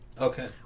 Okay